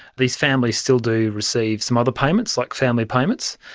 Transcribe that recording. these families still do receive some other payments like family payments,